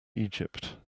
egypt